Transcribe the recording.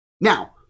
Now